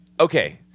okay